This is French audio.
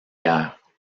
guerre